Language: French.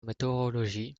météorologie